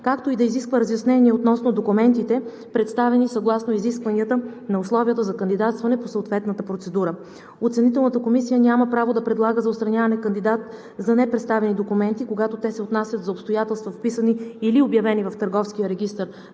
както и да изисква разяснения относно документите, представени съгласно изискванията на условията за кандидатстване по съответната процедура. Оценителната комисия няма право да предлага за отстраняване кандидат за непредставени документи, когато те се отнасят за обстоятелства, вписани или обявени в Търговския регистър.